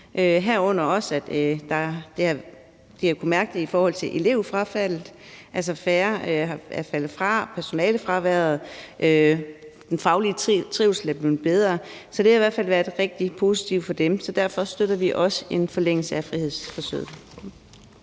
herunder også at de har kunnet mærke det i forhold til sygefravær for elever og personale, og at den faglige trivsel er blevet bedre. Så det har i hvert fald været rigtig positivt for dem. Og derfor støtter vi også en forlængelse af frihedsforsøget.